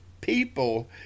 people